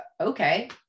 Okay